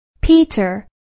Peter